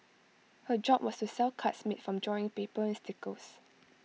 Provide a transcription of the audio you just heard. her job was to sell cards made from drawing paper and stickers